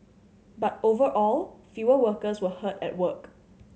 but overall fewer workers were hurt at work